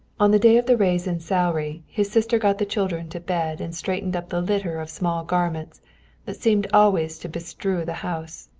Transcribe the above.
on the day of the raise in salary his sister got the children to bed and straightened up the litter of small garments that seemed always to bestrew the house,